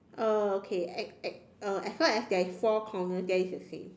uh okay as as uh as long as there is four corner then it's the same